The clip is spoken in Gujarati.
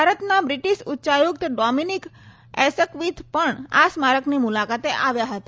ભારતના બ્રીટીશ ઉચ્ચાઆયુકત ડોમીનીક એસકવીથ પણ સ્મારકની મુલાકાતે આવ્યા હતા